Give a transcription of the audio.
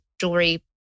jewelry